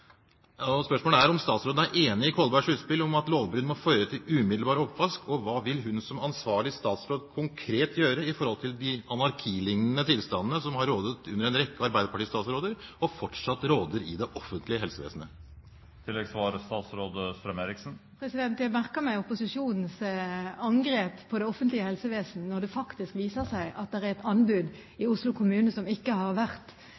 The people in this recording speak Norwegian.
Spørsmålet er om statsråden er enig i Kolbergs utspill om at lovbrudd må føre til umiddelbar oppvask. Og hva vil hun som ansvarlig statsråd konkret gjøre i forhold til de anarkilignende tilstandene som har rådet under en rekke arbeiderpartistatsråder, og fortsatt råder i det offentlige helsevesenet? Jeg merker meg opposisjonens angrep på det offentlige helsevesen, når det faktisk viser seg at det er et anbud i Oslo kommune som ikke har vært